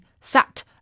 sat